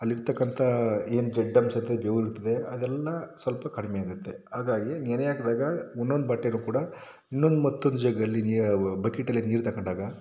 ಅಲ್ಲಿ ಇರತಕ್ಕಂಥ ಏನು ಜಡ ಅಂಶ ಇರುತ್ತೆ ಬೆವರಿರುತ್ತೆ ಅದೆಲ್ಲ ಸ್ವಲ್ಪ ಕಡಿಮೆ ಆಗುತ್ತೆ ಹಾಗಾಗಿ ನೆನೆ ಹಾಕಿದಾಗ ಒಂದೊಂದು ಬಟ್ಟೆಯೂ ಕೂಡ ಇನ್ನೊಂದು ಮತ್ತೊಂದು ಜಗ್ಗಲ್ಲಿ ನೀರು ಬಕೆಟಲ್ಲಿ ನೀರು ತಗೊಂಡಾಗ